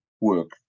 work